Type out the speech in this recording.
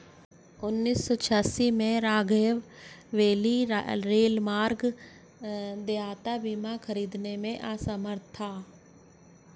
उन्नीस सौ छियासी में, राहवे वैली रेलमार्ग देयता बीमा खरीदने में असमर्थ था